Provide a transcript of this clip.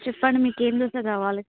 చెప్పండి మీకు ఏం దోశ కావాలి